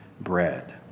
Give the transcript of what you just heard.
Bread